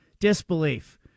Disbelief